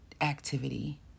activity